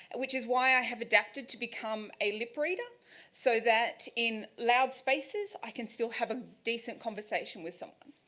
which is why i have adapted to become a lip reader so that in loud spaces i can still have a decent conversation with someone.